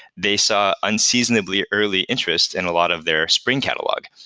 they saw unseasonably early interest in a lot of their spring catalog.